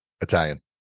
Italian